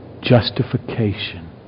justification